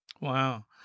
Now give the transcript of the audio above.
Wow